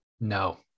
No